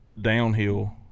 downhill